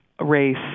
race